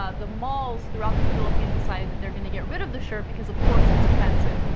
ah the malls throughout the philippines decided that they're going to get rid of the shirt because, of course, it's offensive.